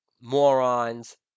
morons